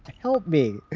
help me.